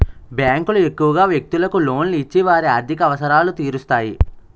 బ్యాంకులు ఎక్కువగా వ్యక్తులకు లోన్లు ఇచ్చి వారి ఆర్థిక అవసరాలు తీరుస్తాయి